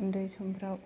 उन्दै समफ्राव